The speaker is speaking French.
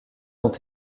ont